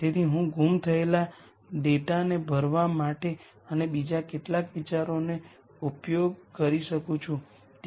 તેથી તે A₃ by 3 matrix છે અને નલિટી 1 છે કારણ કે ત્યાં λ 0 ને અનુરૂપ ફક્ત એક આઇગન વેક્ટર છે